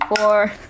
Four